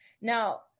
Now